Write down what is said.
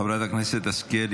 חברת הכנסת השכל,